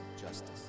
justice